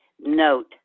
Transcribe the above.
note